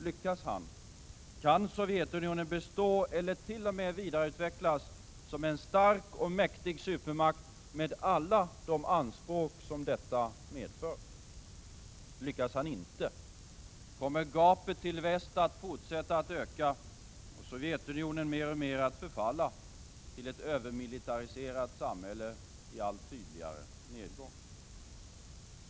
Lyckas han, kan Sovjetunionen bestå eller t.o.m. vidareutvecklas som en stark och mäktig supermakt med alla de anspråk som detta medför. Lyckas han inte, kommer gapet till väst att fortsätta att öka och Sovjetunionen mer och mer att förfalla till ett övermilitariserat samhälle i allt tydligare nedgång.